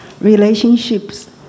relationships